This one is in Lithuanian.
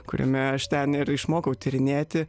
kuriame aš ten ir išmokau tyrinėti